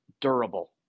durable